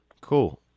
Cool